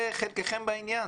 זה חלקכם בעניין.